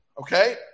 okay